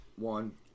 One